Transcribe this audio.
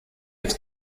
its